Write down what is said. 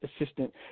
assistant